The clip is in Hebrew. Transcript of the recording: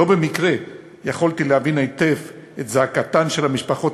לא במקרה יכולתי להבין היטב את זעקתן של המשפחות